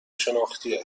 شناختی